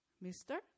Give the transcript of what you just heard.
mister